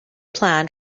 planned